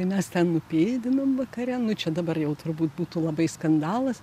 mes ten nupėdinom vakare nu čia dabar jau turbūt būtų labai skandalas